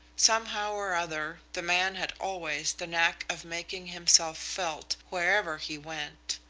somehow or other, the man had always the knack of making himself felt wherever he went.